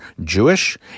Jewish